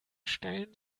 stellen